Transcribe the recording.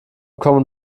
common